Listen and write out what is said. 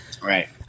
Right